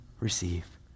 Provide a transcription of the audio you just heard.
receive